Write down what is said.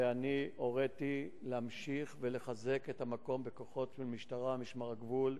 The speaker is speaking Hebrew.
ואני הוריתי להמשיך ולחזק את המקום בכוחות של משטרה ומשמר הגבול,